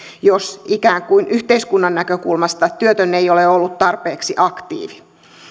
jos ikään kuin yhteiskunnan näkökulmasta työtön ei ole ollut tarpeeksi aktiivi